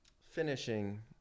Finishing